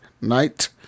night